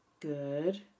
Good